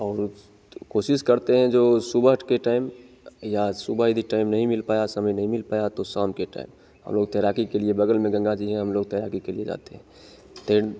और तो कोशिश करते हैं जो सुबह के टाइम या सुबह यदि टाइम नहीं मिल पाया समय नहीं मिल पाया तो शाम के टाइम हम लोग तैराकी के लिए बगल में गंगा जी हैं हम लोग तैराकी के लिए जाते हैं